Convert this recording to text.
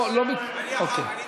לא, אני אחר כך.